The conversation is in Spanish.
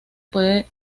puede